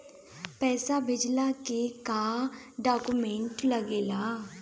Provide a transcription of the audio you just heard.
पैसा भेजला के का डॉक्यूमेंट लागेला?